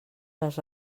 les